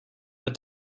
but